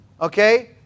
Okay